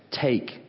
take